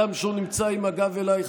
הגם שהוא נמצא עם הגב אליי,